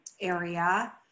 area